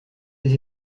des